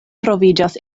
troviĝas